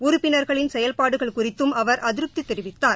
உறுப்பினர்களின் செயல்பாடுகள் குறித்தும் அவர் அதிருப்தி தெரிவித்தார்